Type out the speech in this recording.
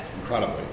Incredibly